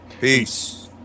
Peace